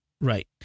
Right